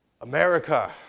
America